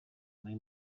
muri